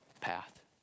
path